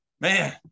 man